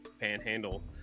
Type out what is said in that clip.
Panhandle